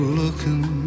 looking